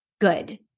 good